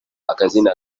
akazina